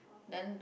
then